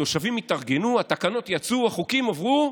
התושבים יתארגנו, התקנות יצאו, החוקים עברו,